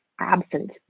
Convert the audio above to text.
absent